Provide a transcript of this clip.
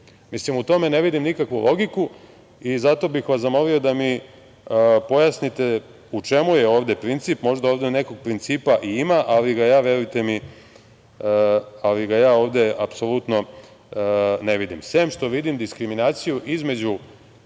odluke? U tome ne vidim nikakvu logiku i zato bih vas zamolio da mi pojasnite u čemu je ovde princip možda ove nekog principa i ima, ali ga ja, verujte mi, ovde apsolutno ne vidim, sem što vidim diskriminaciju između